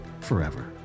forever